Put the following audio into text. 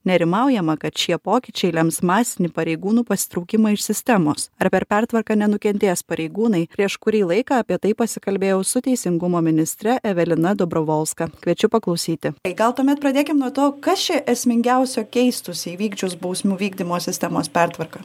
nerimaujama kad šie pokyčiai lems masinį pareigūnų pasitraukimą iš sistemos ar per pertvarką nenukentės pareigūnai prieš kurį laiką apie tai pasikalbėjau su teisingumo ministre evelina dobrovolska kviečiu paklausyti tai gal tuomet pradėkim nuo to kas čia esmingiausio keistųsi įvykdžius bausmių vykdymo sistemos pertvarką